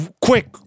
Quick